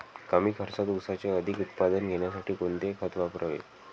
कमी खर्चात ऊसाचे अधिक उत्पादन घेण्यासाठी कोणते खत वापरावे?